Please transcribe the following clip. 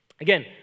Again